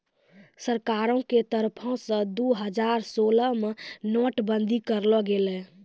सरकारो के तरफो से दु हजार सोलह मे नोट बंदी करलो गेलै